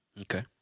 Okay